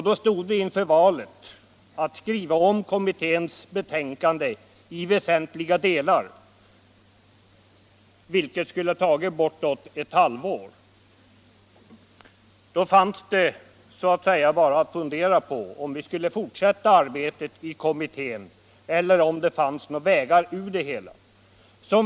Då stod vi inför valet att skriva om kommitténs betänkande i väsentliga delar, vilket skulle ha tagit bortåt ett halvt år. Vi hade då de alternativen att fundera på om vi skulle fortsätta arbetet i kommittén eller försöka hitta vägar ur det hela.